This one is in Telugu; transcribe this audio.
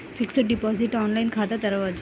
ఫిక్సడ్ డిపాజిట్ ఆన్లైన్ ఖాతా తెరువవచ్చా?